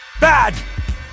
bad